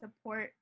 support